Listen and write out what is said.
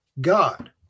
God